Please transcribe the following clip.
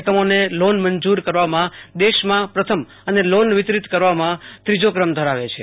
એકમોને લોન મંજર કરવામાં દેશમાં પ્રથમ અને લોન વિતરીત કરવામાં ત્રીજો ક્રમ ધરાવે છે